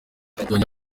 yongeyeho